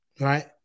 Right